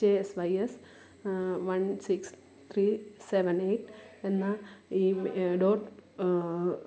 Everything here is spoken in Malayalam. K S Y S one six three seven eight എന്ന ഇ ഡോട്ട്